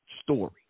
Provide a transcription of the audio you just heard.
story